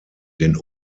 den